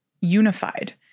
unified